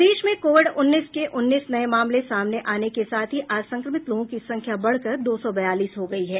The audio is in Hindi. प्रदेश में कोविड उन्नीस के उन्नीस नये मामले सामने आने के साथ ही आज संक्रमित लोगों की संख्या बढ़कर दो सौ बयालीस हो गयी है